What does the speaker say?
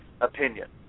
opinion